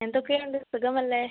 എന്തൊക്കെ ഉണ്ട് സുഖമല്ലേ